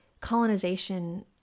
colonization